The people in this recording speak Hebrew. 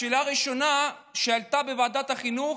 השאלה הראשונה שעלתה בוועדת החינוך